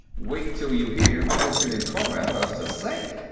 wait till you hear what lieutenant carmath has to say.